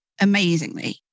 amazingly